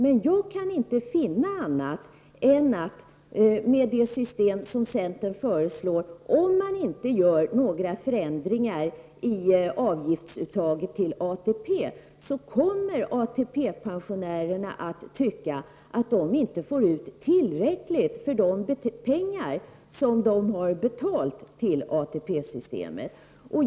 Men jag kan inte finna annat än att ATP-pensionärerna med det system som centern föreslår — om man inte gör några förändringar i avgiftsuttaget till ATP — kommer att tycka att de inte får ut tillräckligt av de pengar som de har betalat till ATP-systemet.